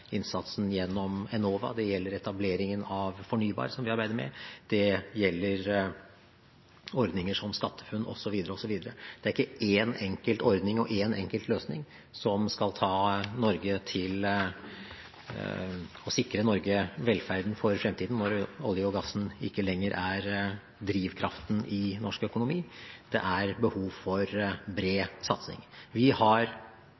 innsatsen gjennom Enova, det gjelder etableringen av Fornybar, som vi arbeider med, det gjelder ordninger som SkatteFUNN, osv. Det er ikke en enkelt ordning og en enkelt løsning som skal sikre Norge velferden for fremtiden når oljen og gassen ikke lenger er drivkraften i norsk økonomi. Det er behov for bred satsing. Vi har